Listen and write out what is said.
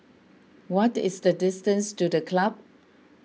what is the distance to the Club